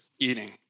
eating